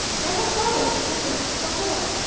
where her brothers were waiting for her,